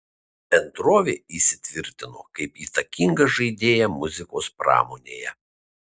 bendrovė įsitvirtino kaip įtakinga žaidėja muzikos pramonėje